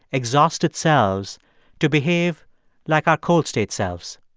exhausted selves to behave like our cold-state selves.